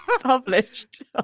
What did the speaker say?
published